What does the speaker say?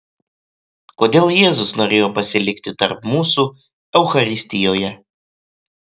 kodėl jėzus norėjo pasilikti tarp mūsų eucharistijoje